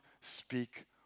speak